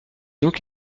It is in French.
donc